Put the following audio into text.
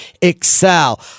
excel